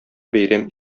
бәйрәм